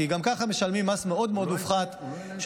כי גם ככה משלמים מס מאוד מאוד מופחת של